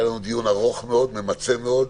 היה לנו דיון ארוך מאוד, ממצה מאוד,